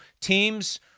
teams